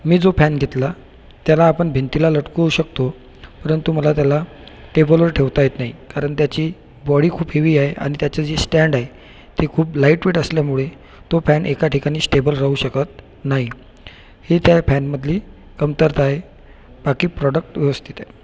मी जो फॅन घेतला त्याला आपण भिंतीला लटकवू शकतो परंतु मला त्याला टेबलवर ठेवता येत नाही कारण त्याची बॉडी खूप हेवि आहे आणि त्याचं जे स्टँड आहे ते खूप लाइट वेट असल्यामुळे तो फॅन एका ठिकाणी स्टेबल राहू शकत नाही हे त्या फॅनमधली कमतरता आहे बाकी प्रॉडक्ट व्यवस्थित आहे